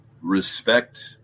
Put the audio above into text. respect